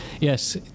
Yes